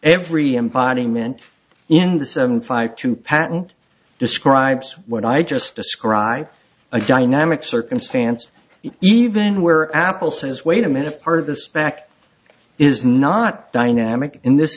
every embodiment in the seven five two patent describes what i just described a dynamic circumstance even where apple says wait a minute part of the spec is not dynamic in this